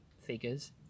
figures